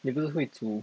你不是会煮